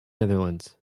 netherlands